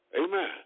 Amen